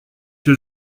que